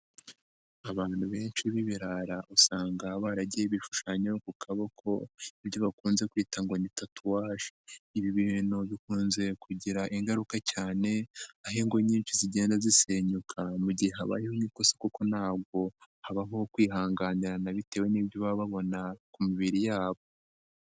Abantu benshi b'ibirara usanga baragiye bishushanyaho ku kaboko ibyo bakunze kwita ngo ni tatuwage, ibi bintu bikunze kugira ingaruka cyane, aho ingo nyinshi zigenda zisenyuka mu gihe habayeho udukosa kuko ntabwo habaho kwihanganirana bitewe n'ibyo baba babona ku mibiri yabo.